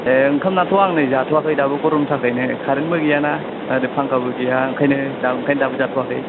ए ओंखामआथ' आं नै जाथआखै दाबो गरमनि थाखायनो खारेन्टबो गैया ना ओरै फांखाबो गैया ओंखायनो दा ओंखायनो दाबो जाथवाखै